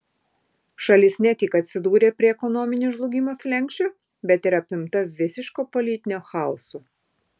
šalis ne tik atsidūrė prie ekonominio žlugimo slenksčio bet ir apimta visiško politinio chaoso